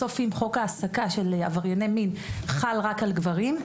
בסוף אם חוק העסקה של עברייני מין חל רק על גברים,